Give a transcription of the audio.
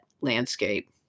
landscape